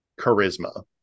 charisma